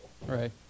Right